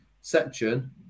section